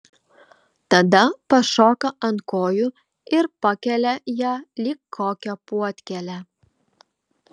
tada pašoka ant kojų ir pakelia ją lyg kokią puodkėlę